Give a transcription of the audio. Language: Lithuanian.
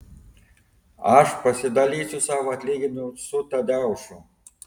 aš pasidalysiu savo atlyginimu su tadeušu